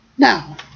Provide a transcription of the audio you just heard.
Now